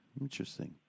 Interesting